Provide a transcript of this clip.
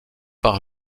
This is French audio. par